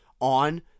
on